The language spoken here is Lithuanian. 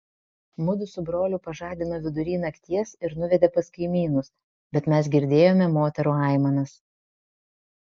mudu su broliu pažadino vidury nakties ir nuvedė pas kaimynus bet mes girdėjome moterų aimanas